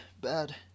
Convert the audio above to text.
bad